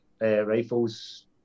rifles